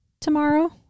tomorrow